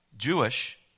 Jewish